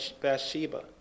Bathsheba